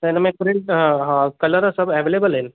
त हिन में प्रिंट हा हा कलर सभु एवलेबल आहिनि